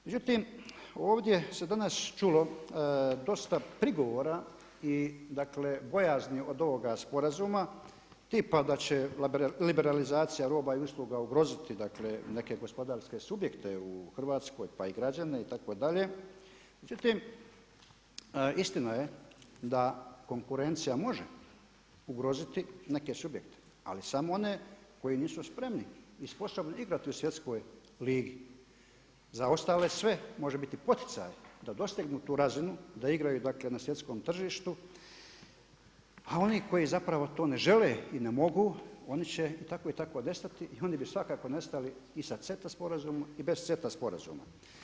Međutim, ovdje se danas čulo dosta prigovora i dakle bojazni od ovoga sporazuma, tipa da će liberalizacija roba i usluga ugroziti neke gospodarske subjekte u Hrvatskoj, pa i građane itd., međutim istina je da konkurencija može ugroziti neke subjekte ali samo one koji nisu spremni i sposobni igrati u svjetskog ligi, za ostale sve može biti poticaj da dostignu tu razinu, da igraju dakle na svjetskom tržištu, a oni koji zapravo to ne žele i ne mogu, oni će tako i tako nestati i oni bi svakako nestali i sa CETA sporazumom i bez CETA sporazuma.